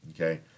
okay